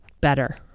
better